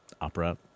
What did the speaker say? opera